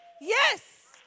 Yes